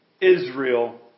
Israel